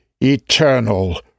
eternal